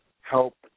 help